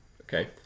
Okay